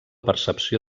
percepció